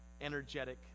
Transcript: energetic